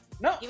No